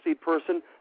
person